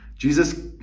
Jesus